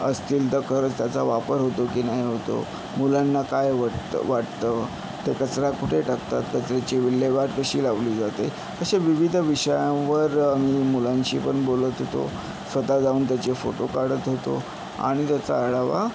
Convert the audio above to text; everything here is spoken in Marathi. असतील तर खरंच त्याचा वापर होतो की नाही होत मुलांना काय वटतं वाटतं ते कचरा कुठे टाकतात कचऱ्याची विल्हेवाट कशी लावली जाते अशा विविध विषयांवर मी मुलांशी पण बोलत होतो स्वत जाऊन त्याचे फोटो काढत होतो आणि त्याचा आढावा